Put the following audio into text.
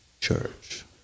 church